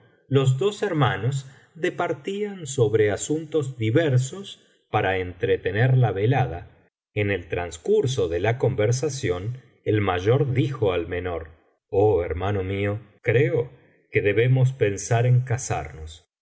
los dos hermanos departían sobre asuntos diversos para entretener la velada en el transcurso de la conversación el mayor dijo al menor oh hermano mío creo que debemos pensar en casarnos